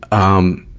um,